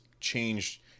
changed